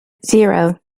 zero